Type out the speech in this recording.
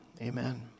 Amen